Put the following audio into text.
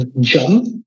jump